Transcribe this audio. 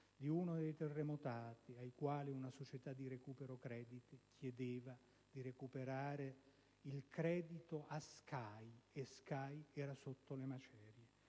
di uno dei terremotati, ai quali una società di recupero crediti chiedeva di recuperare il credito per conto di Sky, i